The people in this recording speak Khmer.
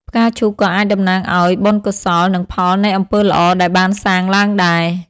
ផ្កាឈូកក៏អាចតំណាងឱ្យ បុណ្យកុសល និងផលនៃអំពើល្អដែលបានសាងឡើងដែរ។